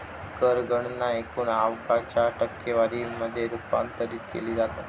कर गणना एकूण आवक च्या टक्केवारी मध्ये रूपांतरित केली जाता